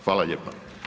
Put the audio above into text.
Hvala lijepa.